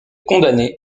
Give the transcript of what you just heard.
condamnés